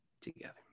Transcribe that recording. together